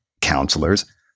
counselors